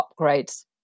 upgrades